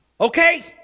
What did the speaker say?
Okay